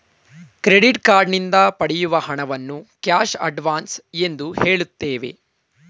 credit card ನಿಂದ ಪಡೆಯುವ ಹಣವನ್ನು ಕ್ಯಾಶ್ ಅಡ್ವನ್ಸ್ ಎಂದು ಹೇಳುತ್ತೇವೆ